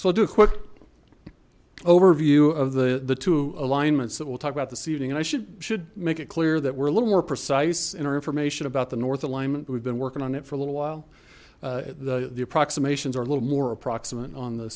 i'll do a quick overview of the the two alignments that we'll talk about this evening and i should should make it clear that we're a little more precise in our information about the north alignment we've been working on it for a little while the the approximations are a little more approximate on the